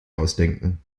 ausdenken